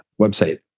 website